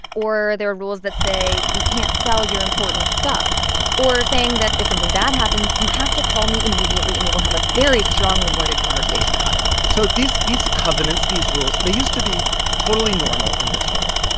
or there are rules that say you can't sell your important stuff or saying that if something bad happens, you have to call me immediately. and we will have a very strongly worded conversation about it so these these covenants, these rules they used to be totally normal in this world,